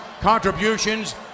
contributions